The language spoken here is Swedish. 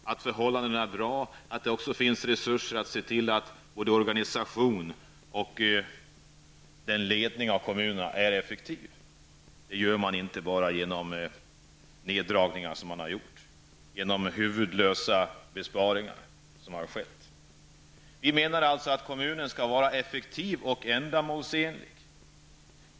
Förhållandena måste vara goda. Det skall också finnas resurser för att kontrollera att både organisation och ledning ute i kommunerna är effektiva. Detta är en omöjlig uppgift med tanke på de neddragningar som har gjorts. Jag tänker då på de huvudlösa besparingar som har genomförts. Vi menar alltså att kommunerna skall vara effektiva och ändamålsenliga.